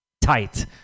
Tight